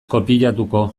kopiatuko